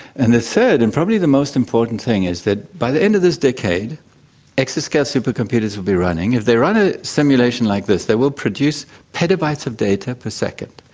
and the third and probably the most important thing is that by the end of this decade exascale supercomputers will be running. if they run a simulation like this they will produce petabytes of data per second.